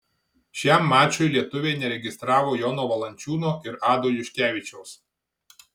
šiam mačui lietuviai neregistravo jono valančiūno ir ado juškevičiaus